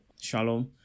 Shalom